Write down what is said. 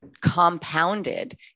compounded